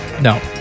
No